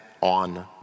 on